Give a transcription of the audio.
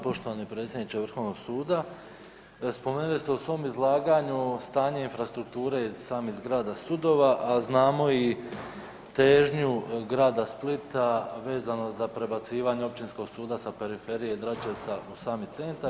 Poštovani predsjedniče Vrhovnog suda, spomenuli ste u svom izlaganju stanje infrastrukture iz samih zgrada sudova, a znamo i težnju Grada Splita vezano za prebacivanje Općinskog suda sa periferije Dračevca u sami centar.